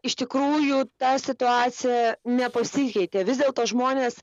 iš tikrųjų ta situacija nepasikeitė vis dėlto žmonės